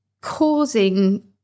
causing